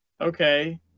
okay